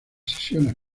sesiones